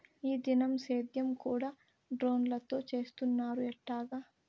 ఈ దినం సేద్యం కూడ డ్రోన్లతో చేస్తున్నారు ఎట్టాగా